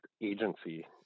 agency